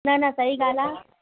न न सही ॻाल्हि आहे